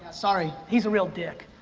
sorry. he's a real dick.